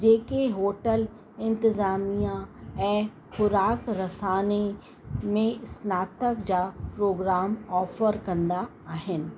जेके होटल इंतिज़ामिया ऐं खुराक रसानी में स्नातक जा प्रोग्राम ऑफर कंदा आहिनि